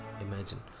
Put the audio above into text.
imagine